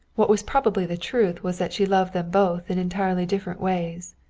what was probably the truth was that she loved them both in entirely different ways.